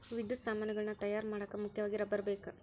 ವಿದ್ಯುತ್ ಸಾಮಾನುಗಳನ್ನ ತಯಾರ ಮಾಡಾಕ ಮುಖ್ಯವಾಗಿ ರಬ್ಬರ ಬೇಕ